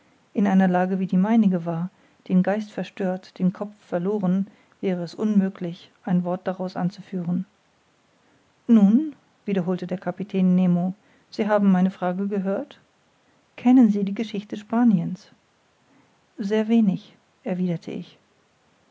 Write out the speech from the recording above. in einer lage wie die meinige war den geist verstört den kopf verloren wäre es unmöglich ein wort daraus anzuführen nun wiederholte der kapitän nemo sie haben meine frage gehört kennen sie die geschichte spaniens sehr wenig erwiderte ich